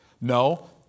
No